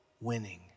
winning